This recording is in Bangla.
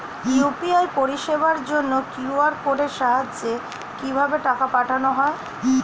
ইউ.পি.আই পরিষেবার জন্য কিউ.আর কোডের সাহায্যে কিভাবে টাকা পাঠানো হয়?